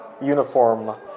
uniform